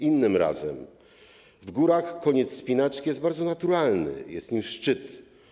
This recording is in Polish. Innym razem powiedziała: W górach koniec wspinaczki jest bardzo naturalny - jest nim szczyt.